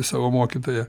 savo mokytoją